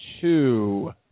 two